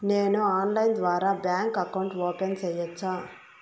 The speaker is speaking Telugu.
నేను ఆన్లైన్ ద్వారా బ్యాంకు అకౌంట్ ఓపెన్ సేయొచ్చా?